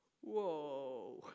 Whoa